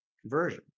conversion